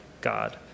God